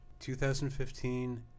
2015